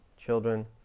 Children